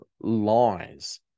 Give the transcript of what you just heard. lies